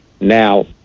Now